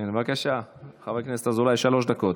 בבקשה, חבר הכנסת אזולאי, שלוש דקות.